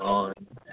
ꯑꯦ